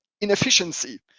inefficiency